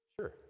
Sure